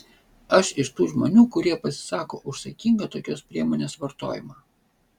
aš iš tų žmonių kurie pasisako už saikingą tokios priemonės vartojimą